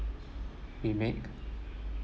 we make